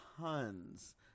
tons